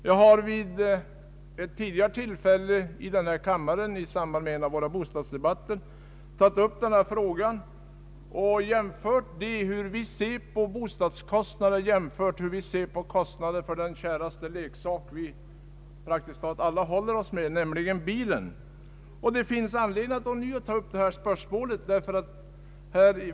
Jag har vid tidigare tillfällen i denna kammare i samband med bostadsdebatter tagit upp denna fråga och jämfört hur vi ser på bostadskostnaden i förhållande till kostnaden för vår käraste leksak, bilen, som vi ju praktiskt taget alla håller oss med. Det finns anledning att ånyo ta upp detta spörsmål.